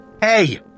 Hey